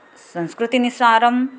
संस्कृतेः नुसारम्